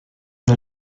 der